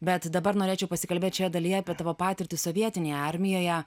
bet dabar norėčiau pasikalbėt šioje dalyje apie tavo patirtį sovietinėje armijoje